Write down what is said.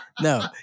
No